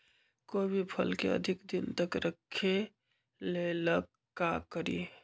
कोई भी फल के अधिक दिन तक रखे के ले ल का करी?